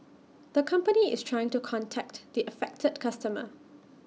the company is trying to contact the affected customer